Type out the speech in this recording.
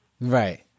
Right